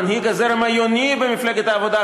מנהיג הזרם היוני במפלגת העבודה,